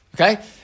Okay